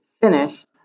finished